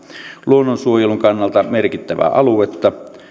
luonnonsuojelun kannalta merkittävää aluetta